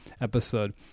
episode